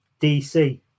DC